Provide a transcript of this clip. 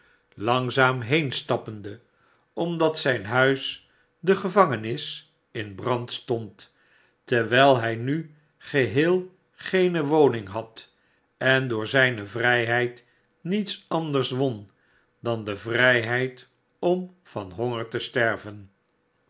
langzaam heenstappende omdat zijn huis de gevangenis in brand stond t terwijl hij nu geheel geene woning had en door zijne vrijheid niete anders won dan de vrijheid om van honger te sterven